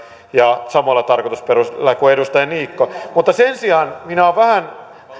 ja samoilla tarkoitusperillä kuin edustaja niikko sen sijaan vähän